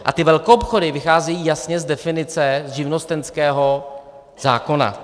A ty velkoobchody vycházejí jasně z definice živnostenského zákona.